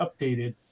updated